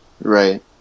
Right